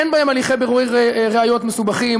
אין הליכי בירור ראיות מסובכים.